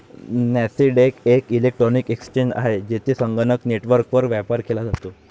Nasdaq एक electronic exchange आहे, जेथे संगणक नेटवर्कवर व्यापार केला जातो